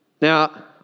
now